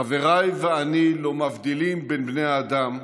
חבריי ואני לא מבדילים בין בני האדם.